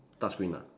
touch screen ah